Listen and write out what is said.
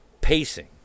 pacing